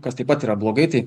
kas taip pat yra blogai tai